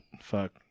Fuck